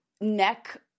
neck